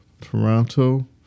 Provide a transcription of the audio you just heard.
Toronto